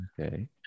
okay